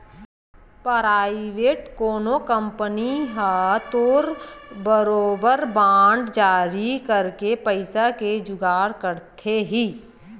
private कोनो company ह तो बरोबर बांड जारी करके पइसा के जुगाड़ करथे ही